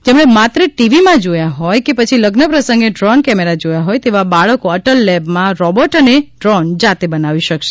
જેમણે માત્ર ટીવીમાં જોવા હોય કે પછી લગ્ન પ્રસંગે ડ્રોન કેમેરા જોવા હોય તેવા બાળકો અટલ લેબમાં રોબોટ અને ડ્રોન જાતે બનાવી શકાશે